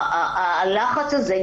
הלחץ הזה,